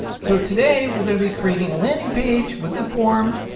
so today we're going to be creating a landing page with the form.